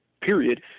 Period